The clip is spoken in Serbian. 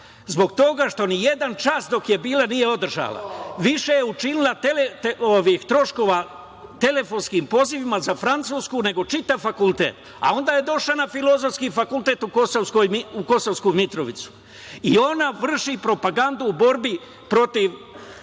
Zbog toga što ni jedan čas dok je bila nije održala. Više je učinila troškova telefonskim pozivima za Francusku nego čitav fakultet, a onda je došla na Filozofski fakultet u Kosovsku Mitrovicu. I ona vrši propagandu u borbi za